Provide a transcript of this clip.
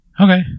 okay